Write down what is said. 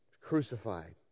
crucified